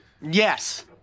Yes